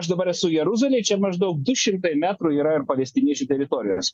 aš dabar esu jeruzalėj čia maždaug du šimtai metrų yra ir palestiniečių teritorijos